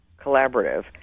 collaborative